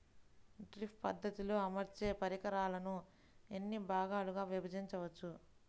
Drip పద్ధతిలో అమర్చే పరికరాలను ఎన్ని భాగాలుగా విభజించవచ్చు?